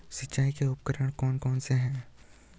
सिंचाई के उपकरण कौन कौन से हैं?